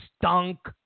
stunk